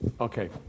Okay